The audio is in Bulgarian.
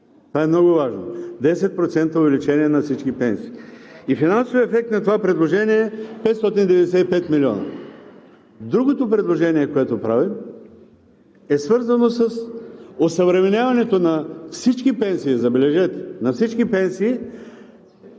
Това е много важно – 10% увеличение на всички пенсии. И финансовият ефект на това предложение е 595 милиона. Другото предложение, което правим, е свързано с осъвременяването на всички пенсии, забележете, на всички пенсии